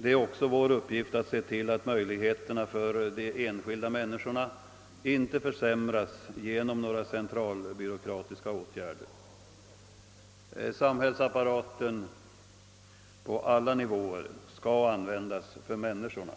Det är också vår upp gift att se till att möjligheterna för de enskilda människorna inte försämras genom några centralbyråkratiska åtgärder. Samhällsapparaten på alla nivåer skall användas för människorna.